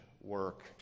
work